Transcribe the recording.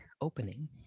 opening